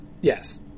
Yes